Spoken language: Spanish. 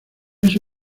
ese